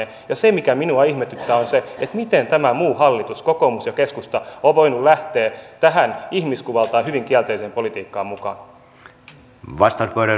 ja se mikä minua ihmetyttää on se miten tämä muu hallitus kokoomus ja keskusta on voinut lähteä tähän ihmiskuvaltaan hyvin kielteiseen politiikkaan mukaan